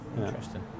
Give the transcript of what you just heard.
Interesting